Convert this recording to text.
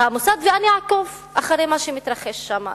המוסד ואני אעקוב אחרי מה שמתרחש שם.